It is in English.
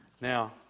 Now